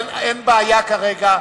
אין בעיה כרגע.